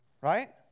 Right